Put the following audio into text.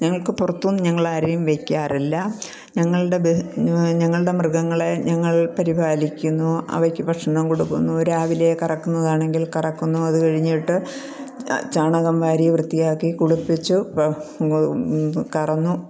ഞങ്ങൾക്ക് പുറത്തു നിന്ന് ഞങ്ങൾ ആരെയും വയ്ക്കാറില്ല ഞങ്ങളുടെ ഞങ്ങളുടെ മൃഗങ്ങളെ ഞങ്ങൾ പരിപാലിക്കുന്നു അവയ്ക്ക് ഭക്ഷണം കൊടുക്കുന്നു രാവിലെ കറക്കുന്നതാണെങ്കിൽ കറക്കുന്നു അത് കഴിഞ്ഞിട്ട് ചാണകം വാരി വൃത്തിയാക്കി കുളിപ്പിച്ചു കറന്നു